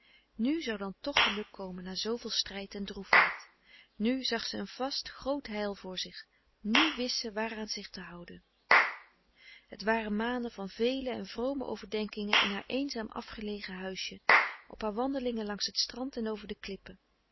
nu zou dan toch geluk komen na zooveel strijd en droefheid nu zag ze een vast groot heil voor zich nu wist ze waaraan zich te houden het waren maanden van vele en vrome overdenkingen in haar eenzaam afgelegen huisje op haar wandelingen langs het strand en over de klippen